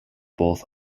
both